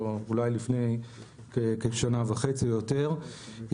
אולי לפני כשנה וחצי או יותר.